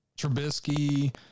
Trubisky